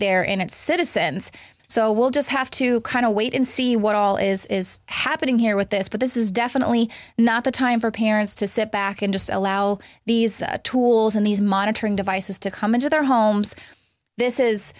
there in its citizens so we'll just have to kind of wait and see what all is happening here with this but this is definitely not the time for parents to sit back and just allow these tools and these monitoring devices to come into their homes this is